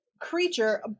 creature